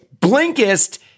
Blinkist